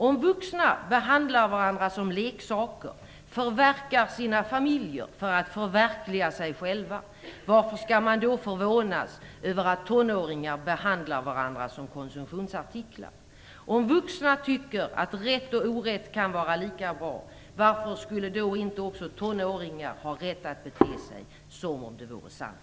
Om vuxna behandlar varandra som leksaker, förverkar sina familjer för att få förverkliga sig själva, varför skall man då förvånas över att tonåringar behandlar varandra som konsumtionsartiklar? Om vuxna tycker att rätt och orätt kan vara lika bra, varför skulle då inte också tonåringar ha rätt att bete sig som om det vore sant?